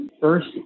first